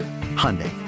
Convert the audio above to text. Hyundai